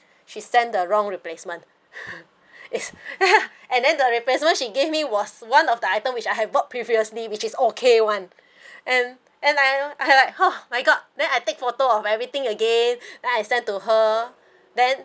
she sent the wrong replacement and then the replacement she gave me was one of the item which I had bought previously which is okay one and and I you know I like !huh! my god then I take photo of everything again then I send to her then